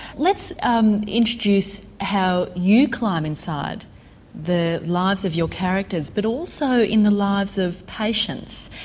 let's um introduce how you climb inside the lives of your characters, but also in the lives of patients.